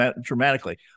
dramatically